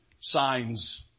signs